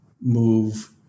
move